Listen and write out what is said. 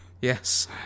Yes